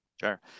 Sure